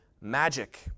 magic